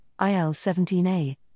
IL-17A